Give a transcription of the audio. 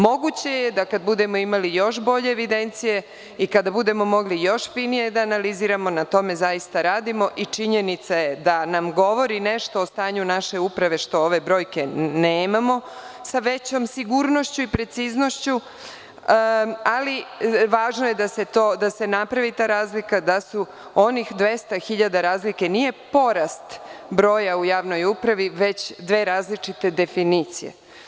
Moguće je da kad budemo imali još bolje evidencije i kada budemo mogli još finije analiziramo, na tome zaista radimo i činjenica je da nam govori nešto o stanju naše uprave što ove brojke nemamo, sa većom sigurnošću i preciznošću, ali važno je da se napravi ta razlika da onih 200.000 razlike nije porast broja u javnoj upravi, već dve različite definicije.